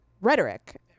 rhetoric